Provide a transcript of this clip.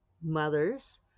mothers